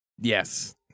Yes